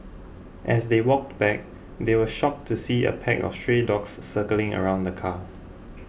as they walked back they were shocked to see a pack of stray dogs circling around the car